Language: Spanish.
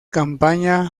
campaña